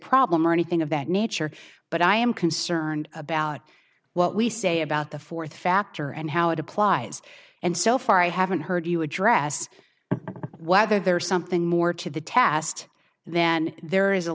problem or anything of that nature but i am concerned about what we say about the fourth factor and how it applies and so far i haven't heard you address whether there is something more to the test then there is a